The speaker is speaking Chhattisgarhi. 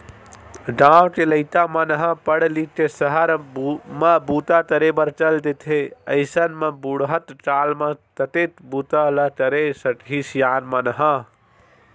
गाँव के लइका मन ह पड़ लिख के सहर म बूता करे बर चल देथे अइसन म बुड़हत काल म कतेक बूता ल करे सकही सियान मन ह